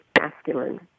masculine